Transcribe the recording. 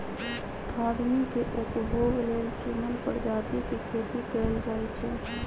आदमी के उपभोग लेल चुनल परजाती के खेती कएल जाई छई